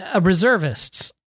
Reservists